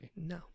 No